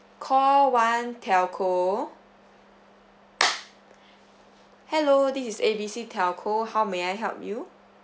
call one telco hello this is A B C telco how may I help you